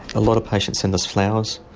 a lot of patients sent us flowers,